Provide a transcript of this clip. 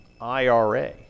IRA